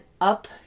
up